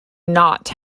not